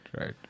right